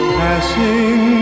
passing